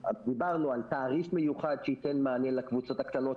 דיברנו על תעריף מיוחד שייתן מענה לקבוצות הקטנות,